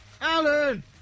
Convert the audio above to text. Alan